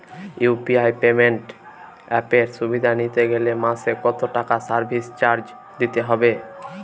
UPI payment অ্যাপের সুবিধা নিতে গেলে মাসে কত টাকা সার্ভিস চার্জ দিতে হবে?